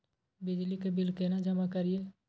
बिजली के बिल केना जमा करिए?